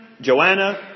Joanna